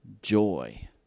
Joy